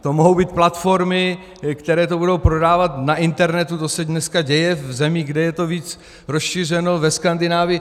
To mohou být platformy, které to budou prodávat na internetu, to se dneska děje v zemích, kde je to víc rozšířeno, ve Skandinávii.